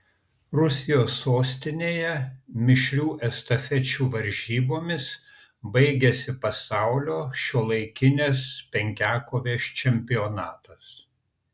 rusijos sostinėje mišrių estafečių varžybomis baigėsi pasaulio šiuolaikinės penkiakovės čempionatas